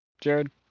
Jared